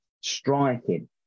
striking